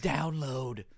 Download